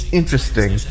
interesting